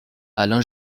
alain